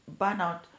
burnout